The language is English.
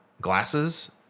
glasses